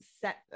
set